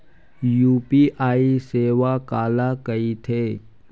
UPI सेवा काला कइथे?